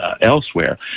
elsewhere